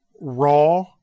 raw